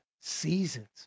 seasons